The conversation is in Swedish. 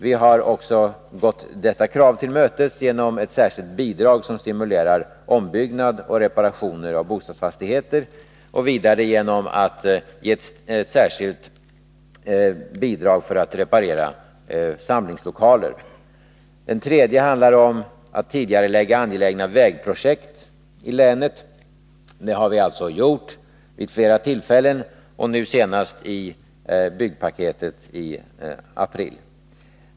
Vi har också gått detta krav till mötes genom ett särskilt bidrag, som stimulerar till ombyggnad och reparationer av bostadsfastigheter, och vidare genom ett särskilt bidrag för att reparera samlingslokaler. Den tredje punkten handlar om att tidigarelägga angelägna vägprojekt i länet. Det har vi gjort vid flera tillfällen, nu senast i byggpaketet i april.